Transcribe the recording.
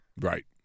right